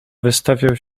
wystawiał